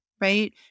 right